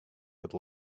could